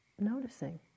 noticing